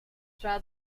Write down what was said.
già